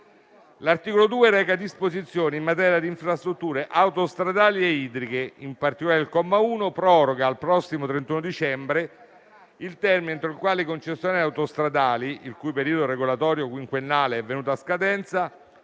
L'articolo 2 reca disposizioni in materia di infrastrutture autostradali e idriche. In particolare, il comma 1 proroga al prossimo 31 dicembre il termine entro il quale i concessionari autostradali, il cui periodo regolatorio quinquennale è venuto a scadenza,